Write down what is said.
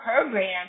program